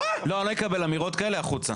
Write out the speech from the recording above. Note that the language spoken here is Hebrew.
אני לא אקבל אמירות כאלה, החוצה.